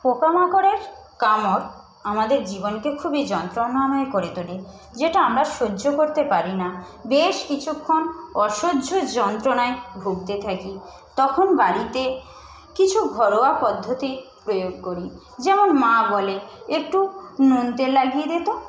পোকামাকড়ের কামড় আমাদের জীবনকে খুবই যন্ত্রণাময় করে তোলে যেটা আমরা সহ্য করতে পারি না বেশ কিছুক্ষণ অসহ্য যন্ত্রণায় ভুগতে থাকি তখন বাড়িতে কিছু ঘরোয়া পদ্ধতি প্রয়োগ করি যেমন মা বলে একটু নুন তেল লাগিয়ে দে তো